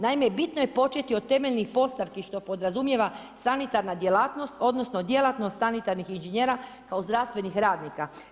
Naime, bitno je početi od temeljnih postavki što podrazumijeva sanitarna djelatnost odnosno djelatnost sanitarnih inženjera kao zdravstvenih radnika.